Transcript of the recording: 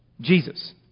Jesus